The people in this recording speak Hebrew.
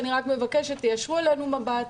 אני רק מבקשת שתישירו אלינו מבט,